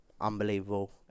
unbelievable